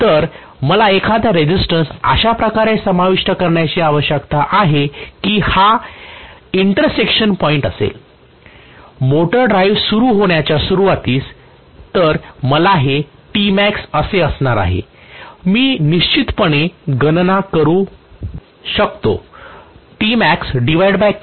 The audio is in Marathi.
तर तर मला एखादा रेसिस्टन्स अश्या प्रकारे समाविष्ट करण्याचीआवश्यकता आहे कि हा इण्टरसेकशन पॉईंट असेल मोटारड्राईव्ह सुरू होण्याच्या सुरूवातीस तर मला हे येथे असणार आहे मी निश्चितपणे गणना करू शकतो